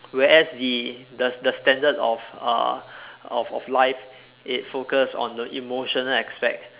whereas the the the standard of uh of of life it focus on the emotional aspect